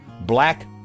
black